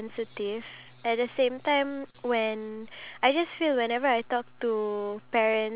when I want to start a conversation with either one of my my mum or my dad